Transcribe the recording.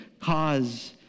cause